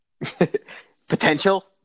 Potential